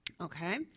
okay